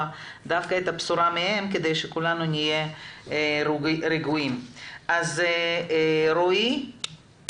במפעל הזה שהציל כל כך הרבה נפשות ועוד יציל כל כך הרבה